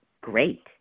great